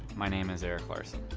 my name is eric larsen.